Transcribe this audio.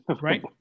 Right